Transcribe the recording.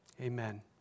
Amen